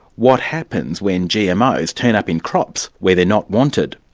what happens when gmos turn up in crops where they're not wanted?